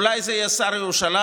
אולי זה יהיה שר ירושלים,